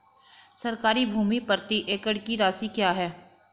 सरकारी भूमि प्रति एकड़ की राशि क्या है?